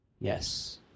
Yes